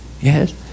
Yes